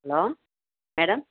hello madam